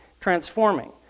transforming